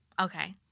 Okay